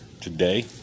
today